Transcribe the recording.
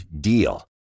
DEAL